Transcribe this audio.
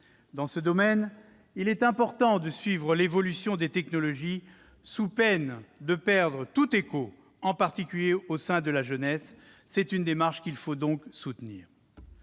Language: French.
Dans ce domaine, il est important de suivre l'évolution des technologies, sous peine de perdre tout écho, en particulier auprès de la jeunesse. C'est une démarche qu'il faut donc soutenir.